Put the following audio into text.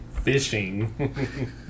Fishing